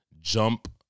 jump